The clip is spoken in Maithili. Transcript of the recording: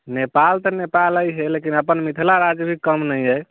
नेपाल तऽ नेपाले हइ लेकिन अपन मिथिला राज्य भी कम नहि हइ